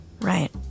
Right